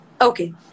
okay